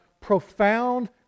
profound